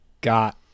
got